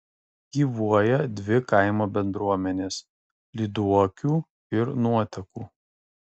gyvuoja dvi kaimo bendruomenės lyduokių ir nuotekų